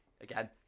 Again